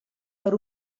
per